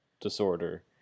disorder